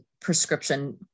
prescription